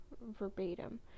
verbatim